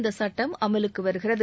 இந்தச் சட்டம் அமலுக்கு வருகிறது